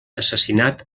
assassinat